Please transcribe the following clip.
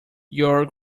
your